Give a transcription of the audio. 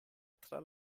tra